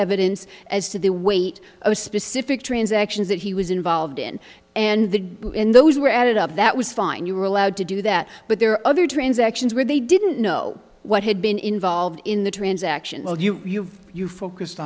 evidence as to the weight of specific transactions that he was involved in and the those were added up that was fine you were allowed to do that but there are other transactions where they didn't know what had been involved in the transaction or you you focused